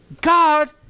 God